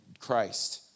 Christ